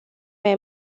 mai